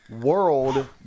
world